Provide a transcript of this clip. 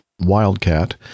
Wildcat